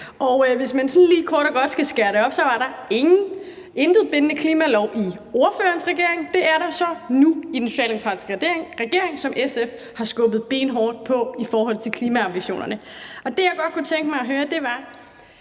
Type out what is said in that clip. Hvis man sådan lige skal skære det til kort og godt, var der ingen bindende klimalov under ordførerens regering. Det er der så nu under den socialdemokratiske regering, som SF har skubbet benhårdt på i forhold til klimaambitionerne. Det, jeg godt kunne tænke mig at høre – for